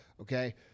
Okay